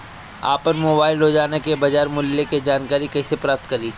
आपन मोबाइल रोजना के बाजार मुल्य के जानकारी कइसे प्राप्त करी?